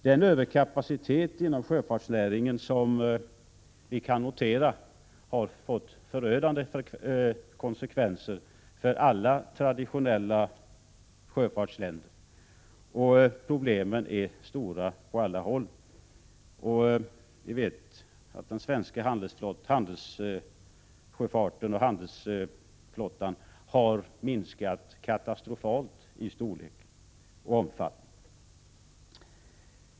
Den överkapacitet inom sjöfartsnäringen som vi kan notera har fått förödande konsekvenser för alla traditionella sjöfartsländer, och problemen är stora på alla håll. Vi vet att den svenska handelssjöfarten och handelsflottan har minskat katastrofalt i storlek och omfattning.